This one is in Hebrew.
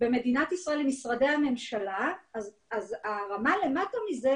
במדינת ישראל עם משרדי הממשלה אז הרמה למטה מזה